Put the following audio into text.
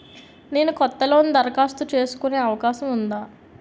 నేను కొత్త లోన్ దరఖాస్తు చేసుకునే అవకాశం ఉందా?